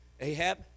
Ahab